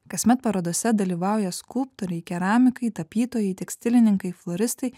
kasmet parodose dalyvauja skulptoriai keramikai tapytojai tekstilininkai floristai